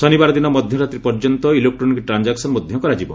ଶନିବାର ଦିନ ମଧ୍ୟ ରାତ୍ରି ପର୍ଯ୍ୟନ୍ତ ଇଲେକ୍ଟ୍ରୋନିକ୍ ଟ୍ରାଞ୍ଜାକ୍ସନ୍ ମଧ୍ୟ କରାଯିବ